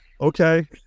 Okay